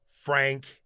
Frank